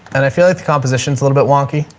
and i feel like the composition's a little bit wonky.